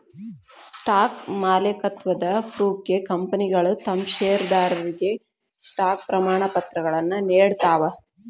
stock ಮಾಲೇಕತ್ವದ ಪ್ರೂಫ್ಗೆ ಕಂಪನಿಗಳ ತಮ್ ಷೇರದಾರರಿಗೆ ಸ್ಟಾಕ್ ಪ್ರಮಾಣಪತ್ರಗಳನ್ನ ನೇಡ್ತಾವ